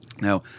Now